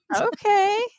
Okay